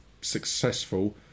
successful